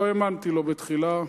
לא האמנתי לו בתחילה,